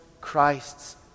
Christ's